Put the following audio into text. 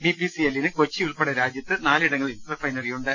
B P C എല്ലിന് കൊച്ചി ഉൾപ്പെടെ രാജ്യത്ത് നാലിടങ്ങളിൽ റിഫൈനറിയുണ്ട്